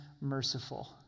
merciful